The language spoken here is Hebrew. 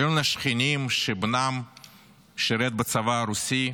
היו לנו שכנים שבנם שירת בצבא הרוסי,